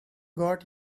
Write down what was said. got